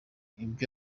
ibyo